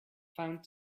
found